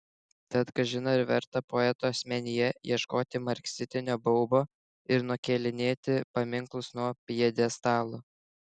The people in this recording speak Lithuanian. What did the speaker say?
tad kažin ar verta poeto asmenyje ieškoti marksistinio baubo ir nukėlinėti paminklus nuo pjedestalų